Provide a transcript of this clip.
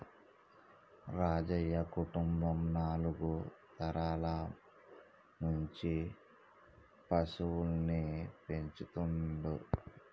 రాజయ్య కుటుంబం నాలుగు తరాల నుంచి పశువుల్ని పెంచుతుండ్లు